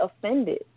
offended